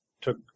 took